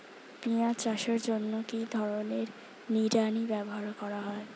পিঁয়াজ চাষের জন্য কি ধরনের নিড়ানি ব্যবহার করা হয়?